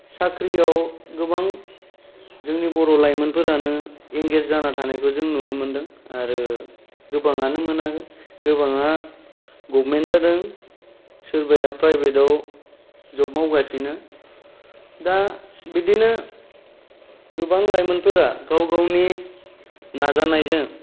साख्रियाव गोबां जोंनि बर' लाइमोनफोरानो एंगेज जाना थानायखौ जों नुनो मोनदों आरो गोबांआनो मोनाखै गोबांआ गभमेन्ट जादों सोरबाया प्रायभेटाव जब मावगासिनो दा बिदिनो गोबां लाइमोनफोरा गाव गावनि नाजानायजों